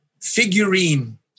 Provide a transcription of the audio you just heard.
Figurine